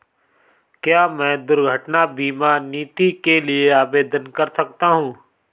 क्या मैं दुर्घटना बीमा नीति के लिए आवेदन कर सकता हूँ?